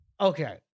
Okay